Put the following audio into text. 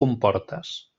comportes